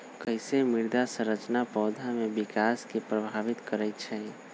कईसे मृदा संरचना पौधा में विकास के प्रभावित करई छई?